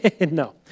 No